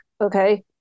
Okay